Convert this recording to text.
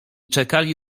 czekali